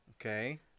Okay